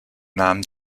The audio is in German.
nahm